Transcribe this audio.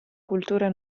cultura